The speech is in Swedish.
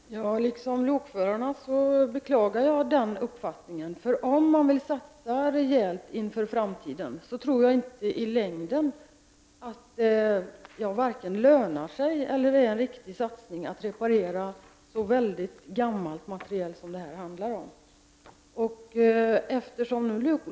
Herr talman! Liksom lokförarna beklagar jag den uppfattningen. Om man vill satsa rejält inför framtiden, tror jag inte att det i längden lönar sig eller i Övrigt är en riktig satsning att reparera så väldigt gammal materiel som det här är fråga om.